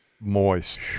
moist